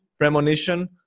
premonition